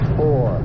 four